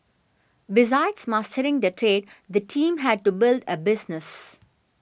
besides mastering the trade the team had to build a business